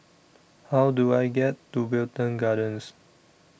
How Do I get to Wilton Gardens